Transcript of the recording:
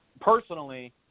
Personally